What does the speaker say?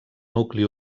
nucli